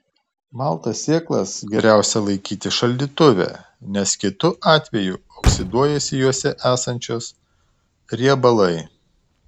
maltas sėklas geriausia laikyti šaldytuve nes kitu atveju oksiduojasi jose esančios riebalai